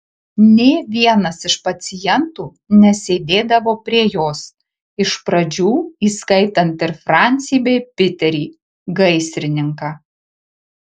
nė vienas iš pacientų nesėdėdavo prie jos iš pradžių įskaitant ir francį bei piterį gaisrininką